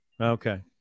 Okay